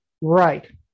Right